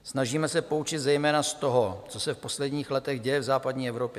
Snažíme se poučit zejména z toho, co se v posledních letech děje v západní Evropě.